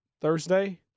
Thursday